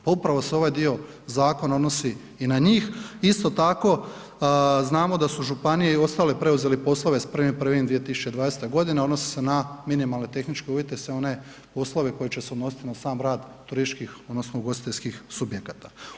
Pa upravo se ovaj dio zakona odnosi i na njih, isto tako, znamo da su županije i ostali preuzeli poslove s 1.1.2020. g. odnosi se na minimalne tehničke uvjete, sve one poslove koji će se odnositi na sam rad turističkih odnosno ugostiteljskih subjekata.